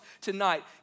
tonight